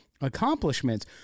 accomplishments